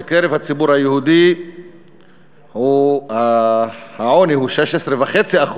בקרב הציבור היהודי העוני הוא 16.5%,